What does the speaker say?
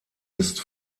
ist